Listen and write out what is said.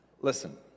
Listen